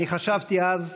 אני חשבתי אז,